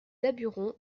daburon